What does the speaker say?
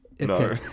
No